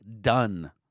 done